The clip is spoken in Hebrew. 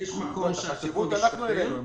את החשיבות אנחנו העלינו.